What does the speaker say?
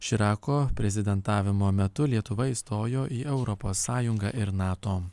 širako prezidentavimo metu lietuva įstojo į europos sąjungą ir nato